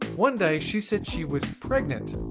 one day, she said she was pregnant.